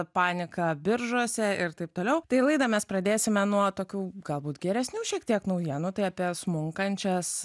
paniką biržose ir taip toliau tai laidą mes pradėsime nuo tokių galbūt geresnių šiek tiek naujienų tai apie smunkančias